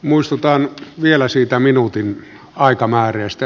muistutan vielä siitä minuutin aikamääreestä